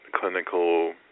clinical